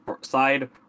side